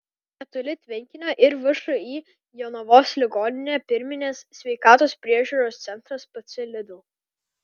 netoli tvenkinio ir všį jonavos ligoninė pirminės sveikatos priežiūros centras pc lidl